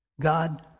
God